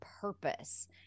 purpose